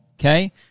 Okay